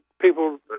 people